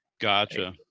Gotcha